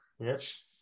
Yes